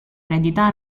eredità